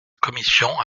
commission